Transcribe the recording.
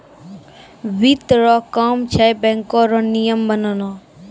वित्त रो काम छै बैको रो नियम बनाना